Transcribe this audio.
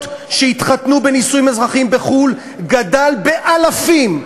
שהתחתנו בנישואים אזרחיים בחו"ל גדל באלפים.